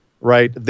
right